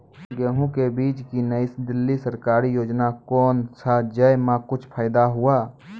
गेहूँ के बीज की नई दिल्ली सरकारी योजना कोन छ जय मां कुछ फायदा हुआ?